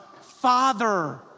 Father